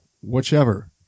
whichever